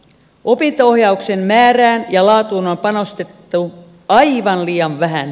opinto ohjauksen määrään ja laatuun on panostettu aivan liian vähän